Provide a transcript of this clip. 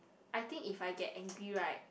I think if I get angry right